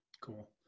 Cool